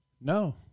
No